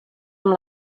amb